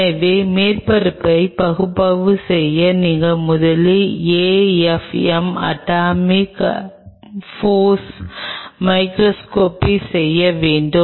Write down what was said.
எனவே மேற்பரப்பை பகுப்பாய்வு செய்ய நீங்கள் முதலில் AFM அட்டாமிக் போர்ஸ் மைகிரோஸ்கோப் செய்ய வேண்டும்